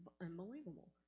unbelievable